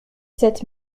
sept